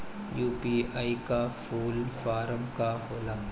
UPI का full form का होला?